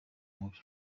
mubi